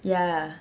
ya